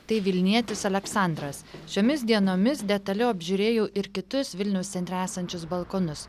tai vilnietis aleksandras šiomis dienomis detaliau apžiūrėjau ir kitus vilniaus centre esančius balkonus